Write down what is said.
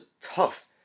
tough